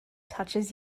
touches